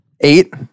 Eight